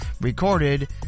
recorded